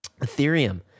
ethereum